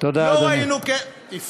לא ראינו, תודה, אדוני.